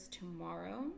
tomorrow